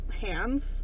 hands